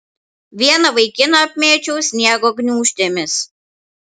vieną vaikiną apmėčiau sniego gniūžtėmis